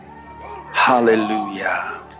Hallelujah